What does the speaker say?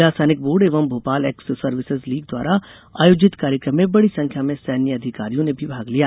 जिला सैनिक बोर्ड एवं भोपाल एक्स सर्विसेस लीग द्वारा आयोजित कार्यक्रम में बड़ी संख्या में सैन्य अधिकारियों ने भी भाग लिया